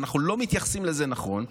ואנחנו לא מתייחסים לזה נכון?